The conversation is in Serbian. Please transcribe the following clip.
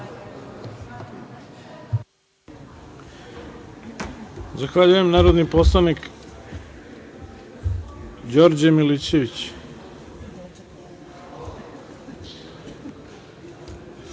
Zahvaljujem. Reč ima narodni poslanik Đorđe Milićević.